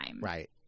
right